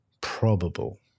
probable